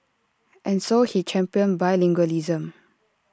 and so he championed bilingualism